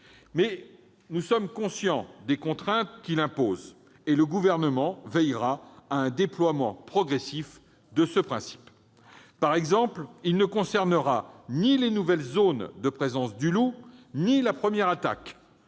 d'indemnisation. Conscient des contraintes qu'il impose, le Gouvernement veillera à un déploiement progressif de ce principe. Par exemple, il ne s'appliquera ni aux nouvelles zones de présence du loup ni à la première attaque.